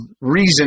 reason